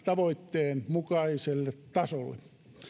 tavoitteen mukaiselle tasolle